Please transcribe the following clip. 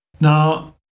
Now